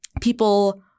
people